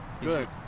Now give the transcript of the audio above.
Good